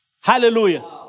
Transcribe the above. Hallelujah